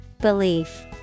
Belief